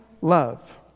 love